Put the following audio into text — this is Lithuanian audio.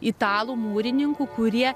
italų mūrininkų kurie